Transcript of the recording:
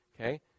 Okay